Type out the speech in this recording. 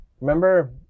Remember